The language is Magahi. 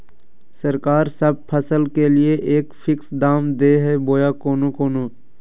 सरकार सब फसल के लिए एक फिक्स दाम दे है बोया कोनो कोनो?